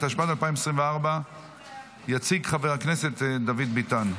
התשפ"ד 2024. יציג חבר הכנסת דוד ביטן,